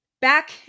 back